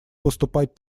поступать